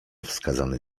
wskazany